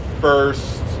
first